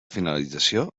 finalització